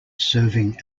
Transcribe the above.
serving